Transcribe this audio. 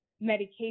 medication